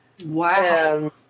Wow